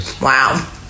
Wow